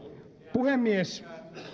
puhemies